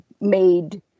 made